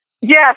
Yes